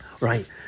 Right